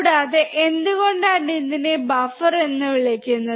കൂടാതെ എന്തുകൊണ്ടാണ് ഇതിനെ ബഫർ എന്ന് വിളിക്കുന്നത്